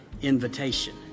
invitation